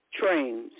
trains